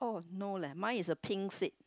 no leh mine is a pink seat